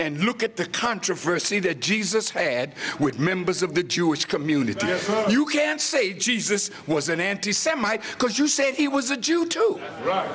and look at the controversy that jesus had with members of the jewish community yes you can say jesus was an anti semite because you said he was a jew too right